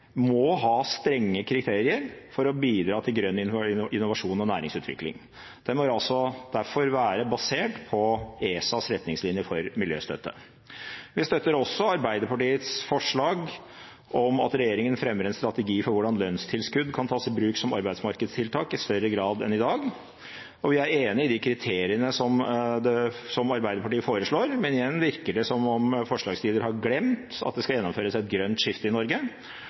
må ha strenge kriterier for å bidra til grønn innovasjon og næringsutvikling. Den bør derfor være basert på ESAs retningslinjer for miljøstøtte. Vi støtter også Arbeiderpartiets forslag om at regjeringen skal fremme en strategi for hvordan lønnstilskudd kan tas i bruk som arbeidsmarkedstiltak i større grad enn i dag. Vi er enig i de kriteriene som Arbeiderpartiet foreslår, men igjen virker det som om forslagsstiller har glemt at det skal gjennomføres et grønt skifte i Norge,